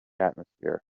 atmosphere